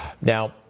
Now